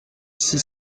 six